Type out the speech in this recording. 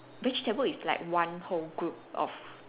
vegetable is like one whole group of